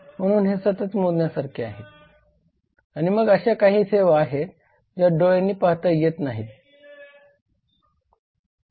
म्हणून हे सतत मोजण्यासारखे आहेत आणि मग अशा ही काही सेवा आहेत ज्या डोळ्यांनी पाहता येत नाहीत पण त्यांचा आपण लाभ घेतोत